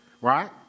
right